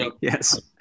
Yes